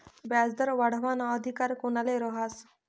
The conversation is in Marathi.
व्याजदर वाढावाना अधिकार कोनले रहास?